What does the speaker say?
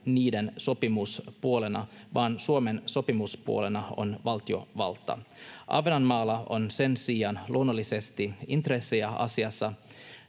niiden sopimuspuolena, vaan Suomen sopimuspuolena on valtiovalta. Ahvenanmaalla on sen sijaan luonnollisesti intressejä asiassa.